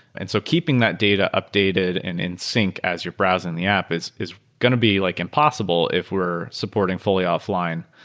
and so keeping that data updated and in sync as you're browsing the app is is going to be like impossible if we're supporting fully offline.